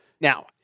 Now